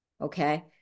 Okay